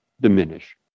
diminish